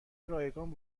رایگان